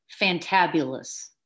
fantabulous